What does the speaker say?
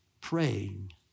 praying